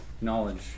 knowledge